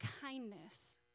kindness